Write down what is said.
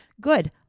good